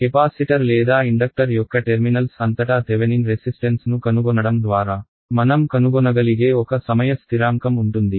capacitor లేదా inductor యొక్క terminals అంతటా థెవెనిన్ రెసిస్టెన్స్ ను కనుగొనడం ద్వారా మనం కనుగొనగలిగే ఒక సమయ స్థిరాంకంఉంటుంది